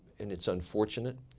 and it's unfortunate.